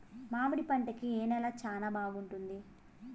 మామిడి పంట కి ఏ నేల చానా బాగుంటుంది